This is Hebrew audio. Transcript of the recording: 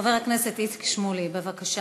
חבר הכנסת איציק שמולי, בבקשה.